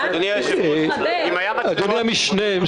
אדוני המשנה,